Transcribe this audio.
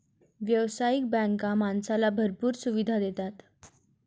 व्यावसायिक बँका माणसाला भरपूर सुविधा देतात